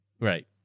Right